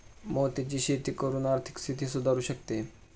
मोत्यांची शेती करून आर्थिक स्थिती सुधारु शकते